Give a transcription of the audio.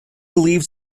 leaves